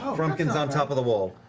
um frumpkin's on top of the wall.